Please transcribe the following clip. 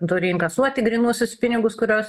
turi inkasuoti grynuosius pinigus kuriuos